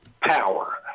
power